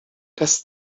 das